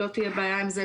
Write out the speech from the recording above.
לא תהיה בעיה עם זה,